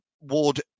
Ward